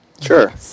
Sure